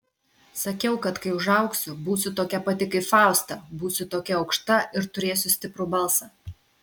sakiau kad kai užaugsiu būsiu tokia pati kaip fausta būsiu tokia aukšta ir turėsiu stiprų balsą